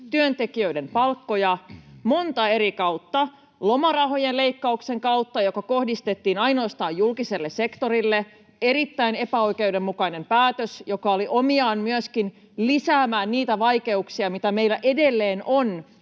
työntekijöiden palkkoja montaa eri kautta — lomarahojen leikkauksen kautta, mikä kohdistettiin ainoastaan julkiselle sektorille, erittäin epäoikeudenmukainen päätös, joka oli omiaan myöskin lisäämään niitä vaikeuksia, mitä meillä edelleen on